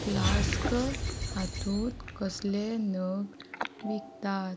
flask हातूंत कसले नग विकतात